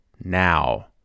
now